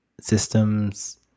systems